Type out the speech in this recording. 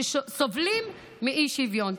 שסובלים מאי-שוויון.